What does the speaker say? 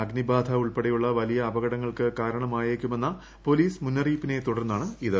അഗ്നിബാധ ഉൾപ്പെടെയുള്ള വലിയ അപകടങ്ങൾക്ക് കാരണമായേക്കുമെന്ന് പോലീസ് മുന്നറിയിപ്പിനെ തുടർന്നാണിത്